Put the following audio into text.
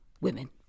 women